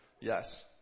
Yes